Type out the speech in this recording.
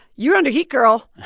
you're under heat, girl.